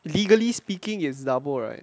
legally speaking is double right